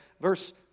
Verse